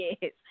yes